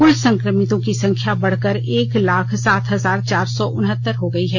कुल संक्रमितों की संख्या बढ़कर एक लाख सात हजार चार सौ उनहत्तर हो गई है